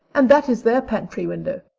and that is their pantry window.